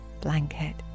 blanket